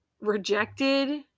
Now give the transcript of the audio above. rejected